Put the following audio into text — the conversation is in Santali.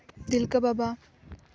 ᱛᱤᱞᱠᱟᱹ ᱵᱟᱵᱟ